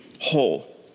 whole